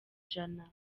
ijana